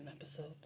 episodes